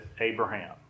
Abraham